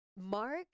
Mark